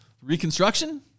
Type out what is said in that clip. Reconstruction